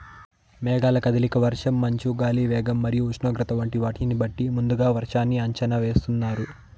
మేఘాల కదలిక, వర్షం, మంచు, గాలి వేగం మరియు ఉష్ణోగ్రత వంటి వాటిని బట్టి ముందుగా వర్షాన్ని అంచనా వేస్తున్నారు